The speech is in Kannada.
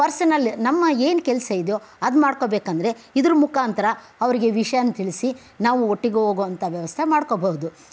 ಪರ್ಸನಲ್ ನಮ್ಮ ಏನು ಕೆಲಸ ಇದೆಯೋ ಅದು ಮಾಡ್ಕೋಬೇಕೆಂದ್ರೆ ಇದ್ರ ಮುಖಾಂತರ ಅವರಿಗೆ ವಿಷ್ಯನ ತಿಳಿಸಿ ನಾವು ಒಟ್ಟಿಗೆ ಹೋಗುವಂಥ ವ್ಯವಸ್ಥೆ ಮಾಡ್ಕೋಬಹುದು